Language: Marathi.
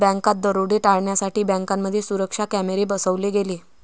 बँकात दरोडे टाळण्यासाठी बँकांमध्ये सुरक्षा कॅमेरे बसवले गेले